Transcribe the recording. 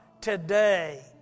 today